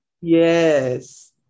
Yes